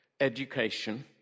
education